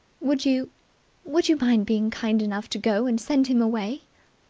would you would you mind being kind enough to go and send him away?